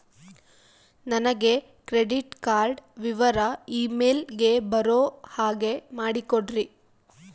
ನನಗೆ credit card ವಿವರ email ಗೆ ಬರೋ ಹಾಗೆ ಮಾಡಿಕೊಡ್ರಿ?